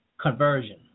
conversion